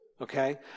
okay